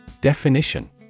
Definition